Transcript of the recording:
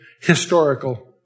historical